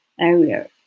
area